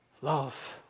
Love